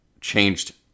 changed